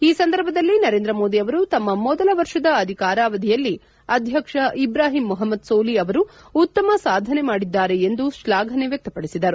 ಈ ಸಂದರ್ಭದಲ್ಲಿ ನರೇಂದ್ರ ಮೋದಿ ಅವರು ತಮ್ಮ ಮೊದಲ ವರ್ಷದ ಅಧಿಕಾರಾವಧಿಯಲ್ಲಿ ಅಧ್ಯಕ್ಷ ಇಬ್ರಾಹಿಂ ಮೊಪಮ್ನದ್ ಸೋಲಿ ಅವರು ಉತ್ತಮ ಸಾಧನೆ ಮಾಡಿದ್ದಾರೆ ಎಂದು ಶ್ಲಾಘನೆ ವ್ಯಕ್ತಪಡಿಸಿದರು